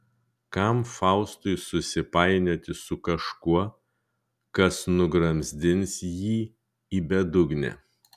kam faustui susipainioti su kažkuo kas nugramzdins jį į bedugnę